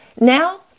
Now